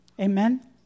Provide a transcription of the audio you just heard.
Amen